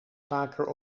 vaker